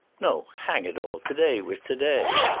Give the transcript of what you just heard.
no, hang it all, to-day was to-day.